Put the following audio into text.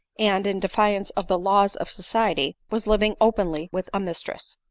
and, in defiance of the laws of society, was living openly with a mistress.